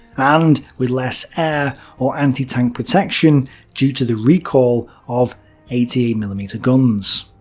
and with less air or anti-tank protection due to the recall of eighty eight mm guns.